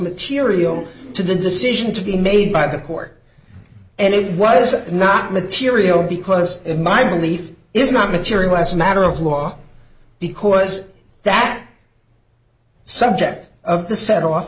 material to the decision to be made by the court and it was not material because in my belief is not material as a matter of law because that subject of the set off